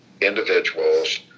individuals